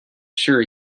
sure